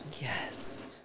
Yes